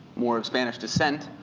more spanish descent.